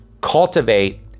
cultivate